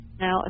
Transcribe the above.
Now